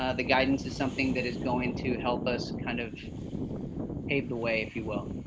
ah the guidance is something that is going to help us kind of pave the way, if you will.